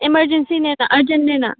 ꯑꯦꯃꯥꯔꯖꯦꯟꯁꯤꯅꯤꯅ ꯑꯔꯖꯦꯟꯅꯤꯅ